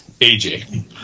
AJ